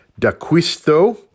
Daquisto